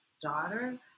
daughter